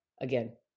again